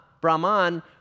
Brahman